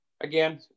Again